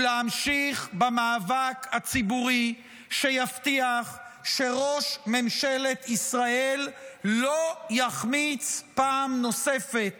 הוא להמשיך במאבק הציבורי שיבטיח שראש ממשלת ישראל לא יחמיץ פעם נוספת